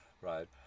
right